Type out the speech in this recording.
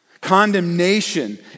Condemnation